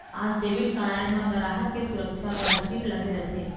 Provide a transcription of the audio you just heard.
आज debit card म गराहक के सुरक्छा बर चिप लगे रथे